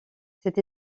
cet